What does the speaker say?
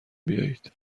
بیایید